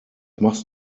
machst